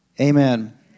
amen